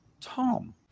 Tom